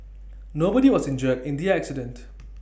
nobody was injured in the accident